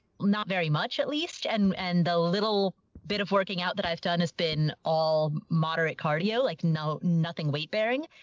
not very much at least. and, and the little. bit of working out that i've done has been all moderate cardio, like, no, nothing weight-bearing.